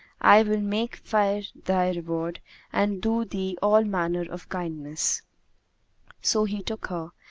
i will make fair thy reward and do thee all manner of kindness so he took her,